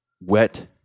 Wet